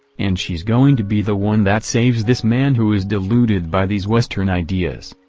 and she's going to be the one that saves this man who is deluded by these western ideas.